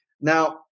Now